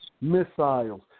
missiles